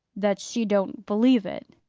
that she don't believe it?